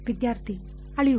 ವಿದ್ಯಾರ್ಥಿ ಅಳಿವು